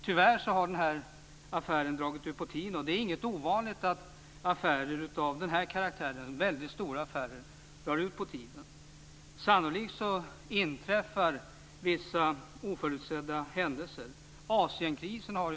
Tyvärr har det dragit ut på tiden, och det är inte ovanligt att den här typen av väldigt stora affärer drar ut på tiden. Det är ganska sannolikt att oförutsedda händelser inträffar.